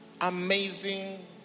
amazing